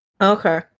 Okay